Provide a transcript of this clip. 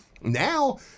Now